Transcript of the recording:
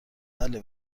بله